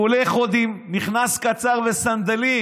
הוא הולך עוד עם מכנס קצר וסנדלים.